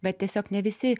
bet tiesiog ne visi